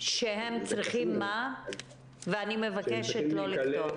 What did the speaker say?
אני מבקשת לא לקטוע אותו.